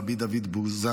רבי דוד בוזגלו,